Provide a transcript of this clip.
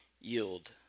yield